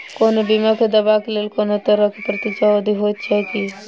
कोनो बीमा केँ दावाक लेल कोनों तरहक प्रतीक्षा अवधि होइत छैक की?